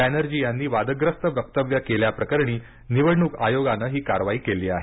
बॅनर्जी यांनी वादग्रस्त वक्तव्य केल्याप्रकरणी निवडणूक आयोगानं ही कारवाई केली आहे